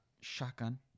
shotgun